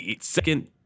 Second